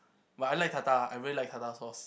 but I like tartar I really like tartar sauce